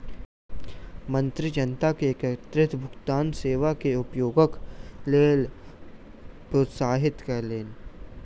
मंत्री जनता के एकीकृत भुगतान सेवा के उपयोगक लेल प्रोत्साहित कयलैन